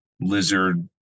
lizard